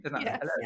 Yes